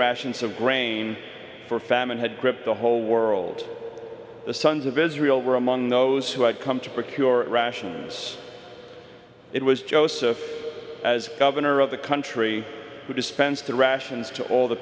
rations of grain for famine had gripped the whole world the sons of israel were among those who had come to procure rations it was joseph as governor of the country who dispensed the rations to all the